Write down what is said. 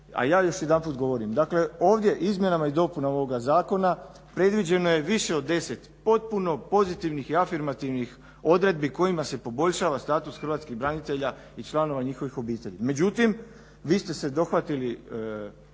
A ja još jedanput govorim dakle ovdje izmjenama i dopunama ovoga zakona predviđeno je više od 10 potpuno pozitivnih i afirmativnih odredbi kojima se poboljšava status hrvatskih branitelja i članova njihovih obitelji.